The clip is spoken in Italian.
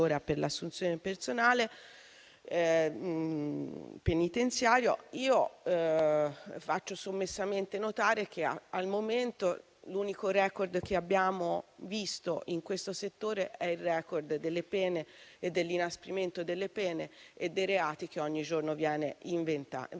Faccio sommessamente notare che, al momento, l'unico *record* che abbiamo visto in questo settore è quello delle pene e del loro inasprimento, nonché dei reati che ogni giorno vengono inventati.